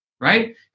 right